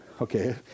Okay